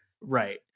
Right